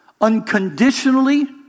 unconditionally